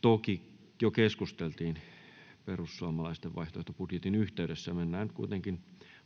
toki jo keskusteltiin perussuomalaisten vaihtoehtobudjetin yhteydessä. — Mennään kuitenkin